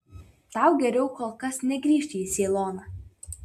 tau geriau kol kas negrįžti į ceiloną